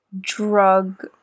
drug